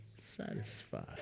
satisfied